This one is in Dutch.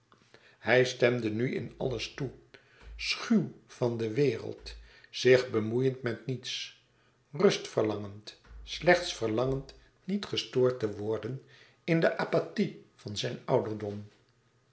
hij stemde nu in alles toe schuw van de wereld zich bemoeiend met niets rust verlangend slechts verlangend niet gestoord te worden in de apathie van zijn ouderdom